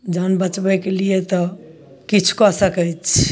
जान बचबैके लिअ तऽ किछु कऽ सकैत छै